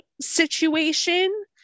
situation